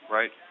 Right